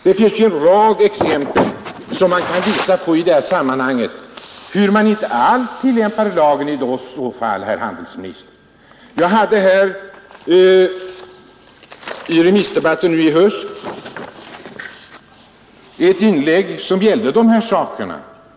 Det finns en rad exempel som visar att man i så fall inte tillämpar lagen alls, herr handelsminister! I remissdebatten i höstas gjorde jag ett inlägg som gällde dessa frågor.